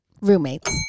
Roommates